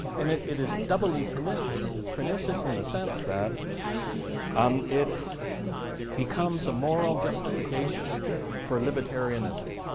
and it it is doubly pernicious. it's pernicious in the sense that um it becomes a moral justification for libertarianism,